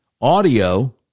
audio